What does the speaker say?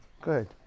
Good